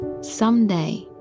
someday